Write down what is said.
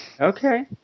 Okay